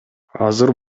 азыр